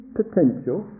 potential